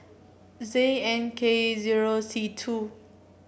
Z N K zero C two